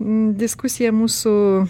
diskusija mūsų